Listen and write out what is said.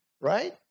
right